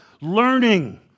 learning